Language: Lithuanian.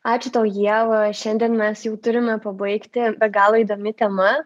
ačiū tau ieva šiandien mes jau turime pabaigti be galo įdomi tema